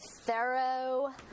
thorough